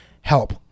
help